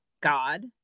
god